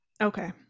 okay